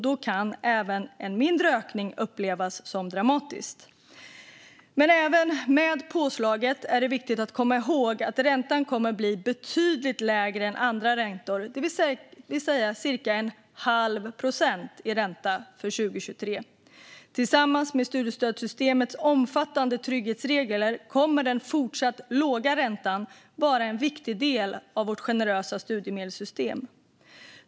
Då kan även en mindre ökning upplevas som dramatisk. Men även med påslaget är det viktigt att komma ihåg att räntan kommer att bli betydligt lägre än andra räntor, nämligen cirka en halv procent i ränta för 2023. Tillsammans med studiestödssystemets omfattande trygghetsregler kommer den fortsatt låga räntan att vara en viktig del av vårt generösa studiemedelssystem.